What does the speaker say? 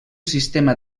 sistema